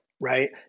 Right